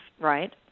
right